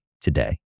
today